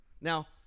Now